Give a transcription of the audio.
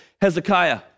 Hezekiah